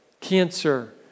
cancer